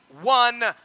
one